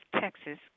Texas